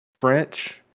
French